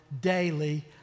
daily